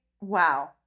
wow